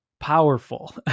powerful